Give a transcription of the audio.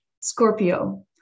Scorpio